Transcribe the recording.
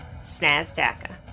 Snazdaka